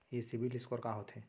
ये सिबील स्कोर का होथे?